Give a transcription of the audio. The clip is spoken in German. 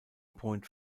point